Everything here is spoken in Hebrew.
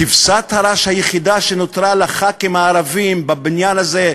כבשת הרש היחידה שנותרה לח"כים הערבים בבניין הזה,